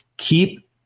Keep